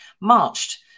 marched